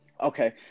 okay